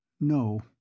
No